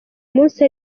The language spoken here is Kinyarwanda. munsi